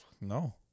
No